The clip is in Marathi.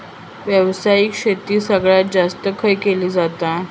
व्यावसायिक शेती सगळ्यात जास्त खय केली जाता?